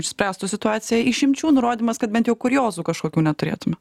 išspręstų situaciją išimčių nurodymas kad bent jau kuriozų kažkokių neturėtume